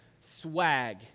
swag